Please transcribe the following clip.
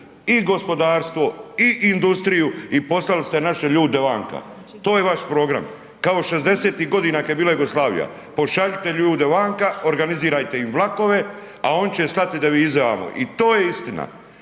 i gospodarstvo i industriju i poslali ste naše ljude vanka. To je vaš program. Kao šezdesetih godina kada je bila Jugoslavija, pošaljite ljude vanka, organizirajte im vlakove, a oni će slati devize vamo i to je istina.